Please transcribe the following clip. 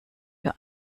für